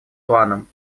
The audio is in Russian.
планом